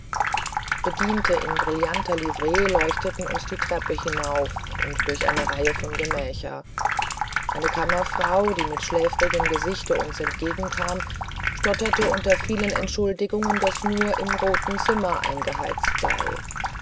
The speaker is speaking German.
bedienten in brillanter livree leuchteten uns die treppe hinauf und durch eine reihe gemächer eine kammerfrau die mit schläfrigem gesichte uns entgegenkam stotterte unter vielen entschuldigungen daß nur im roten zimmer eingeheizt sei